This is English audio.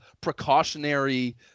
precautionary